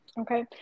Okay